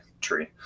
tree